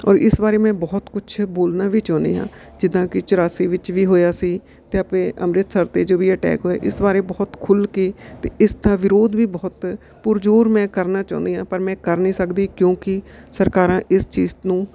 ਔਰ ਇਸ ਬਾਰੇ ਮੈਂ ਬਹੁਤ ਕੁਛ ਬੋਲਣਾ ਵੀ ਚਾਹੁੰਦੀ ਹਾਂ ਜਿੱਦਾਂ ਕਿ ਚੁਰਾਸੀ ਵਿੱਚ ਵੀ ਹੋਇਆ ਸੀ ਅਤੇ ਆਪਣੇ ਅੰਮ੍ਰਿਤਸਰ 'ਤੇ ਜੋ ਵੀ ਅਟੈਕ ਹੋਏ ਇਸ ਬਾਰੇ ਬਹੁਤ ਖੁੱਲ੍ਹ ਕੇ ਅਤੇ ਇਸ ਦਾ ਵਿਰੋਧ ਵੀ ਬਹੁਤ ਪੁਰਜੋਰ ਮੈਂ ਕਰਨਾ ਚਾਹੁੰਦੀ ਹਾਂ ਪਰ ਮੈਂ ਕਰ ਨਹੀਂ ਸਕਦੀ ਕਿਉਂਕਿ ਸਰਕਾਰਾਂ ਇਸ ਚੀਜ਼ ਨੂੰ